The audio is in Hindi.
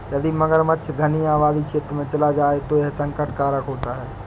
यदि मगरमच्छ घनी आबादी क्षेत्र में चला जाए तो यह संकट कारक होता है